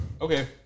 Okay